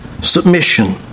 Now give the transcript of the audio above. submission